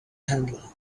handle